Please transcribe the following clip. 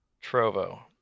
trovo